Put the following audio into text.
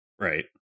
Right